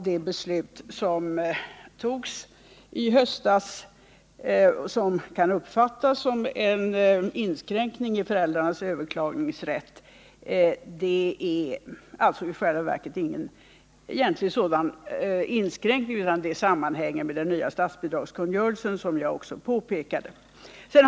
Det beslut som togs i höstas — som kan uppfattas som en inskränkning i föräldrarnas överklagningsrätt — sammanhänger i själva verket med den nya statsbidragskungörelsen, som jag också påpekade tidigare.